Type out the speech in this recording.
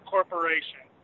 Corporation